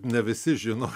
ne visi žino